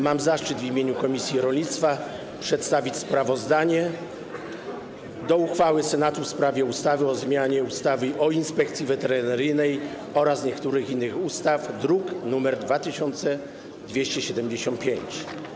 Mam zaszczyt w imieniu komisji rolnictwa przedstawić sprawozdanie o uchwale Senatu w sprawie ustawy o zmianie ustawy o Inspekcji Weterynaryjnej oraz niektórych innych ustaw, druk nr 2275.